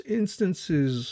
instances